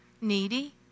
needy